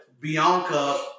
Bianca